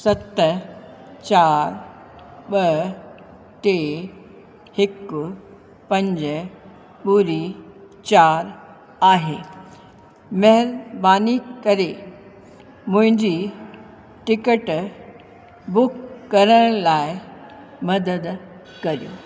सत चार ॿ टे हिकु पंज ॿुड़ी चार आहे महिरबानी करे मुंहिंजी टिकट बुक करण लाइ मदद करियो